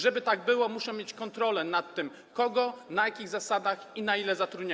Żeby tak było, muszą mieć kontrolę nad tym, kogo, na jakich zasadach i na ile zatrudniają.